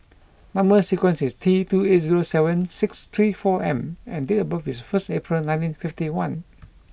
number sequence is T two eight zero seven six three four M and date of birth is first April nineteen fifty one